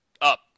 up